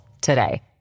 today